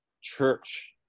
church